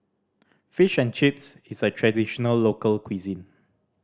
Fish and Chips is a traditional local cuisine